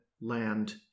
land